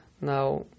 now